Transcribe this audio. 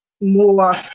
more